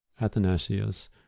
Athanasius